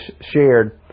shared